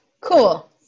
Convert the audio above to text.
Cool